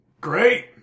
Great